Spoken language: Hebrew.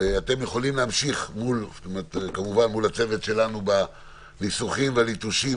אתם יכולים כמובן להמשיך מול הצוות שלנו בניסוחים ובליטושים